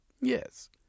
Yes